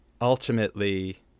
ultimately